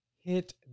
hit